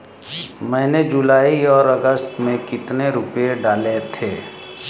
मैंने जुलाई और अगस्त में कितने रुपये डाले थे?